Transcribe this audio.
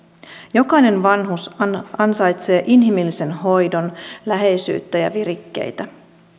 jokainen vanhus ansaitsee inhimillisen hoidon läheisyyttä ja virikkeitä